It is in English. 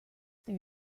there